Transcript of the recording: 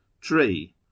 Tree